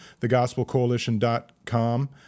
thegospelcoalition.com